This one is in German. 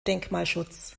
denkmalschutz